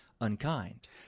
unkind